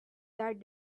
that